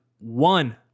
one